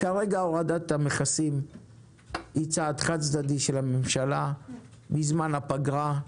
כרגע הורדת המכסים היא צעד חד-צדדי של הממשלה בזמן הפגרה,